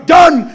done